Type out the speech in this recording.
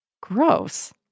Gross